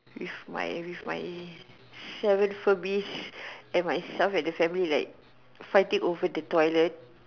with my with my seven families and myself and the family fighting over the toilet